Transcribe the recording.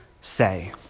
say